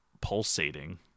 pulsating